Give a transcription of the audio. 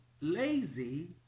lazy